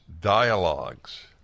dialogues